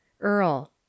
Earl